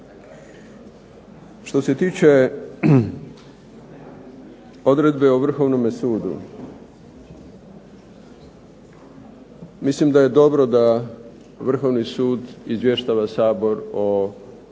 Što se tiče odredbe o Vrhovnome sudu, mislim da je dobro da Vrhovni sud izvještava Sabor o sudstvu